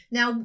Now